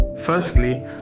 firstly